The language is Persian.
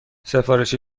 سفارش